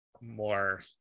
more